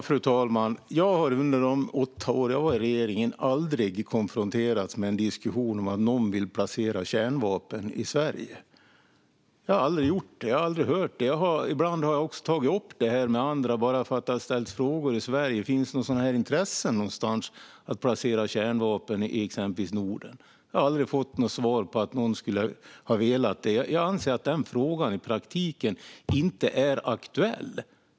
Fru talman! Jag har under de åtta år jag var i regeringen aldrig konfronterats med en diskussion om att någon vill placera kärnvapen i Sverige. Jag har aldrig hört det. Ibland har jag tagit upp det med andra bara för att det har ställts frågor i Sverige: Finns det några intressen av att placera kärnvapen i exempelvis Norden? Jag har aldrig fått som svar att någon skulle ha velat det. Jag anser att den frågan i praktiken inte är aktuell.